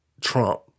Trump